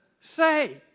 say